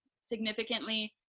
significantly